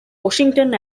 washington